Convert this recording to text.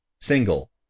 Single